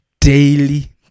daily